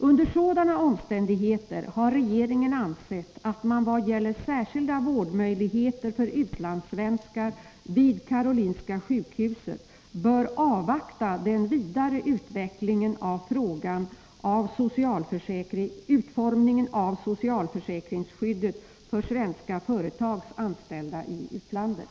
Under sådana omständigheter har regeringen ansett att man vad gäller särskilda vårdmöjligheter för utlandssvenskar vid Karolinska sjukhuset bör avvakta den vidare utvecklingen av frågan om utformningen av socialförsäkringsskyddet för svenska företags anställda i utlandet.